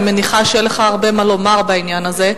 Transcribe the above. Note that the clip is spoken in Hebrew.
אני מניחה שיהיה לך הרבה מה לומר בעניין הזה.